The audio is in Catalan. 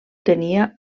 tenia